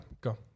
go